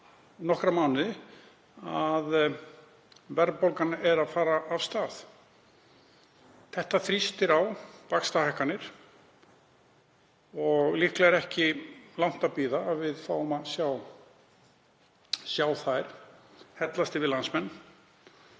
nokkra mánuði að verðbólgan er að fara af stað. Það þrýstir á vaxtahækkanir og líklega er þess ekki langt að bíða að við fáum að sjá þær hellast yfir landsmenn.